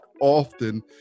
often